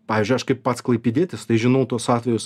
pavyzdžiui aš kaip pats klaipėdietis tai žinau tuos atvejus